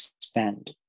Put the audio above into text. spend